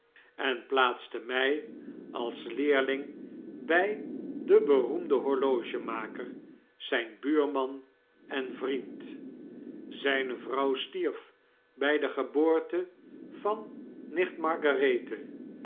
en plaatste my als leerling by den beroemden horlogemaker zijn buurman en vriend zyne vrouw stierf by de geboortevan nicht margarethe